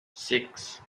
six